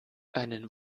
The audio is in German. einen